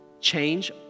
change